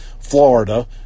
Florida